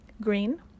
green